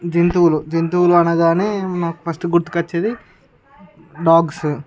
జంతువులు జంతువులు అనగానే మనకు ఫస్ట్ గుర్తుకు వచ్చేది డాగ్స్